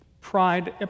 pride